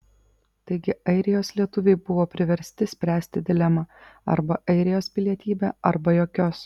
taigi airijos lietuviai buvo priversti spręsti dilemą arba airijos pilietybė arba jokios